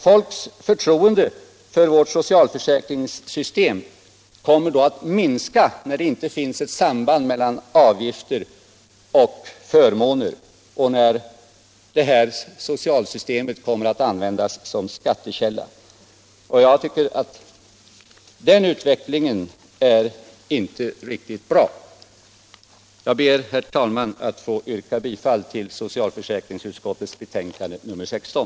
Folks förtroende för vårt socialförsäkringssystem kommer att minska när det inte finns ett samband mellan avgifter och förmåner och när socialförsäkringssystemet kommer att användas som skattekälla. En sådan utveckling vore inte bra. Jag ber, herr talman, att få yrka bifall till socialförsäkringsutskottets hemställan i betänkandet nr 16.